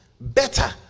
better